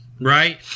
Right